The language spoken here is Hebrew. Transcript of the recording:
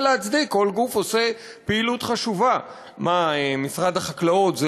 להתנגד להצעת החוק הזאת,